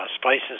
spices